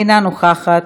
אינה נוכחת,